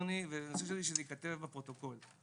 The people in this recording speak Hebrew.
וחשוב לי שזה ייכתב בפרוטוקול,